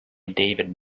david